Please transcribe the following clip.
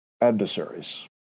adversaries